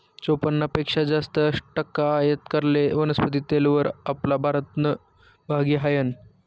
चोपन्न पेक्शा जास्त टक्का आयात करेल वनस्पती तेलवर आपला भारतनं भागी हायनं